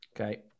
Okay